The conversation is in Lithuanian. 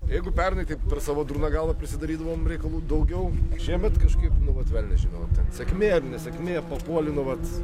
jeigu pernai taip savo durna galva prisidarydavom reikalų daugiau šiemet kažkaip nu vat velnias žino ten sėkmė ar nesėkmė papuoli nu vat